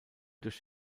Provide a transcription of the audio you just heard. durch